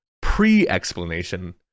pre-explanation